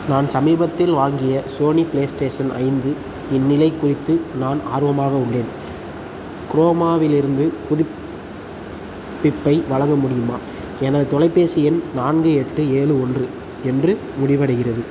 நான் சமீபத்தில் வாங்கிய சோனி பிளேஸ்டேஷன் ஐந்து இன் நிலை குறித்து நான் ஆர்வமாக உள்ளேன் குரோமாவிலிருந்து புதுப்பிப்பை வழங்க முடியுமா எனது தொலைபேசி எண் நான்கு எட்டு ஏழு ஒன்று என்று முடிவடைகிறது